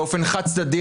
באופן חד צדדי,